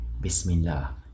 Bismillah